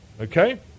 Okay